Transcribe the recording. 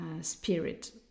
spirit